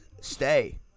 Stay